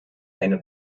eine